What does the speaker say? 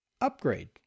upgrade